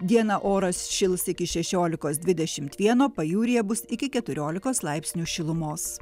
dieną oras šils iki šešiolikos dvidešimt vieno pajūryje bus iki keturiolikos laipsnių šilumos